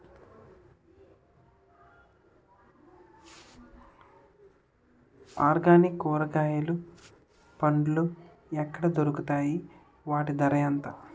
Organic కూరగాయలు పండ్లు ఎక్కడ దొరుకుతాయి? వాటి ధర ఎంత?